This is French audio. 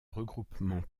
regroupement